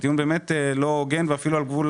זה טיעון לא הוגן ואפילו על גבול